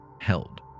held